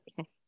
Okay